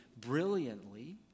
brilliantly